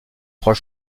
trois